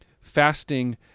Fasting